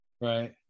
right